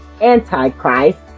Antichrist